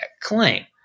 claim